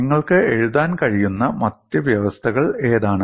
നിങ്ങൾക്ക് എഴുതാൻ കഴിയുന്ന മറ്റ് വ്യവസ്ഥകൾ ഏതാണ്